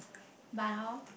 but hor